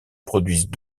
produisent